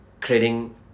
creating